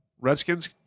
Redskins